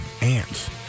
ants